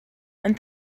and